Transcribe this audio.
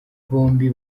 bombi